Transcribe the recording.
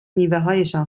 میوههایشان